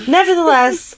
Nevertheless